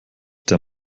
der